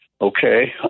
Okay